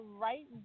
right